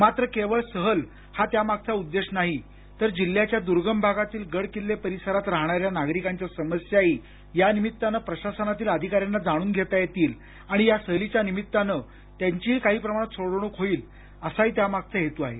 मात्र केवळ सहल हा त्यामागचा उद्घेश नाही तर जिल्ह्याच्या दूर्गम भागातील गड किल्ले परिसरात राहणाऱ्या नागरिकांच्या समस्याही या निमित्तानं प्रशासनातील अधिकाऱ्यांना जाणून घेता येतील आणि या सहलीच्या निमित्तानं त्यांचीही काही प्रमाणात सोडवणूक होईल असाही त्यामागचा हेतू आहे